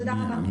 תודה רבה.